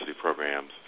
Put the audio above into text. programs